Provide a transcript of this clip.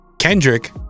Kendrick